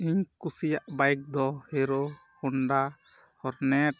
ᱤᱧ ᱠᱩᱥᱤᱭᱟᱜ ᱵᱟᱹᱭᱤᱠ ᱫᱚ ᱦᱤᱨᱳ ᱦᱚᱱᱰᱟ ᱦᱚᱨᱱᱮᱴ